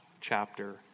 chapter